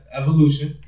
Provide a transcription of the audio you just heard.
evolution